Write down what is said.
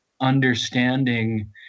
understanding